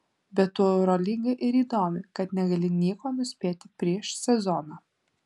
bet tuo eurolyga ir įdomi kad negali nieko nuspėti prieš sezoną